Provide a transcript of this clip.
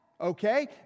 Okay